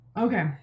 Okay